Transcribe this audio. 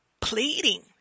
pleading